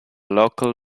local